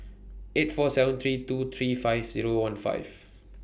eight four seven three two three five Zero one five